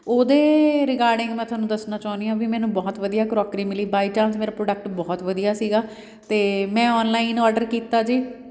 ਉਹਦੇ ਰਿਗਾਰਡਿੰਗ ਮੈਂ ਤੁਹਾਨੂੰ ਦੱਸਣਾ ਚਾਹੁੰਦੀ ਹਾਂ ਵੀ ਮੈਨੂੰ ਬਹੁਤ ਵਧੀਆ ਕਰੋਕਰੀ ਮਿਲੀ ਬਾਈ ਚਾਂਸ ਮੇਰਾ ਪ੍ਰੋਡਕਟ ਬਹੁਤ ਵਧੀਆ ਸੀਗਾ ਅਤੇ ਮੈਂ ਔਨਲਾਈਨ ਔਡਰ ਕੀਤਾ ਜੀ